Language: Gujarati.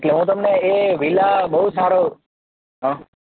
એટલે હું તમને એ વિલા બહુ સારો હા